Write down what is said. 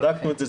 בדקנו את זה,